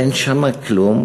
אין שם כלום.